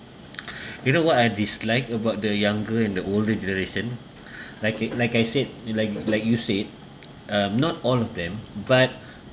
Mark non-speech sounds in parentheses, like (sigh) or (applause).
(breath) you know what I dislike about the younger and the older generation (breath) like I like I said you like you like you said um not all of them but